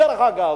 דרך אגב,